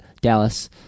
Dallas